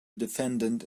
defendant